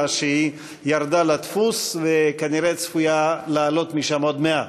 שהיא ירדה לדפוס וכנראה צפויה לעלות משם עוד מעט,